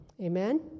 Amen